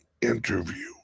interview